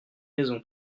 maison